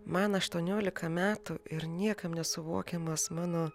man aštuoniolika metų ir niekam nesuvokiamas mano